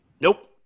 Nope